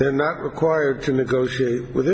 they are not required to negotiate with